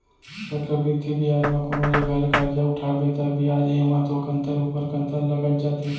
चक्रबृद्धि बियाज म कोनो जघा ले करजा उठाबे ता बियाज एमा तो कंतर ऊपर कंतर लगत जाथे